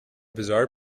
bizarre